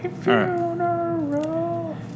funeral